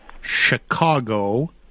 Chicago